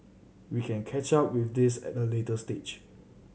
we can catch up with this at a later stage